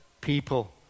people